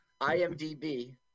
IMDb